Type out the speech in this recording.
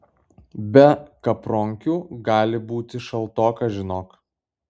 be kapronkių gali būti šaltoka žinok